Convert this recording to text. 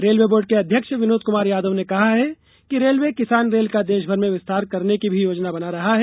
railway board के अध्यक्ष विनोद कुमार यादव ने कहा कि रेलवे किसान रेल का देश भर में विस्तार करने की भी योजना बना रहा है